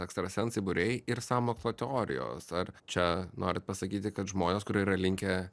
ekstrasensai būriai ir sąmokslo teorijos ar čia norit pasakyti kad žmonės kurie yra linkę